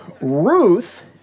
Ruth